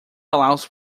allows